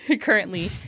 currently